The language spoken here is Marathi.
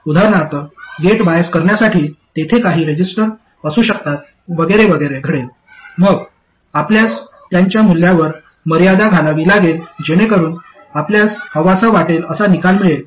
उदाहरणार्थ गेट बायस करण्यासाठी तेथे काही रेझिस्टर असू शकतात वगैरे वगैरे घडेल मग आपल्यास त्यांच्या मूल्यांवर मर्यादा घालावी लागेल जेणेकरून आपल्यास हवासा वाटेल असा निकाल मिळेल